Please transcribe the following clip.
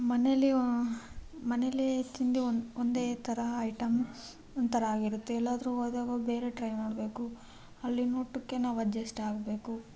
ಮನೆಯಲ್ಲಿ ಮನೆಲಿ ತಿಂದು ಒಂದು ಒಂದೇ ಥರ ಐಟಮ್ ಒಂಥರ ಆಗಿರುತ್ತೆ ಎಲ್ಲಾದರೂ ಹೋದಾಗ ಬೇರೆ ಟ್ರೈ ಮಾಡಬೇಕು ಅಲ್ಲಿನ ಊಟಕ್ಕೆ ನಾವು ಅಡ್ಜಸ್ಟ್ ಆಗಬೇಕು